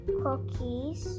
cookies